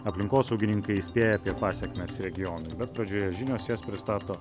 aplinkosaugininkai įspėja apie pasekmes regionui bet pradžioje žinios jas pristato